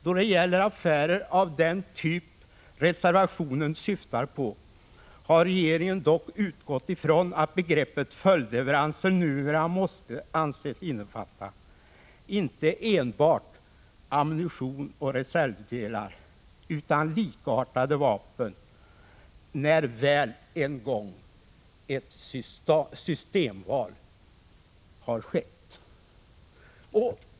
Då det gäller affärer av den typ reservationen syftar på har regeringen dock utgått ifrån att begreppet följdleveranser numera måste anses innefatta inte enbart ammunition och reservdelar utan också likartade vapen, när väl en gång ett systemval har skett.